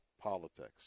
politics